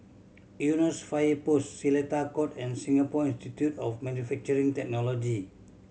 Eunos Fire Post Seletar Court and Singapore Institute of Manufacturing Technology